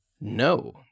No